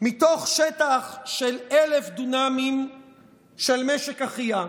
מתוך שטח של 1,000 דונמים של משק אחיה.